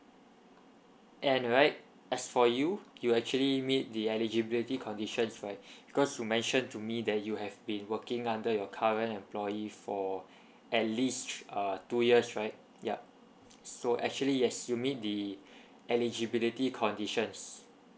and right as for you you actually meet the eligibility conditions right because you mention to me that you have been working under your current employee for at least uh two years right yup so actually yes you meet the eligibility conditions